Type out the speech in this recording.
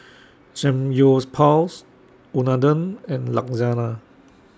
Unadon and Lasagna